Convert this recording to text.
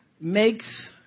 makes